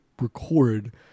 record